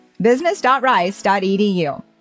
business.rice.edu